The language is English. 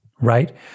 right